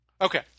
Okay